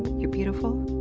you're beautiful.